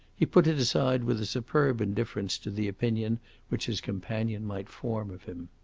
he put it aside with a superb indifference to the opinion which his companions might form of him.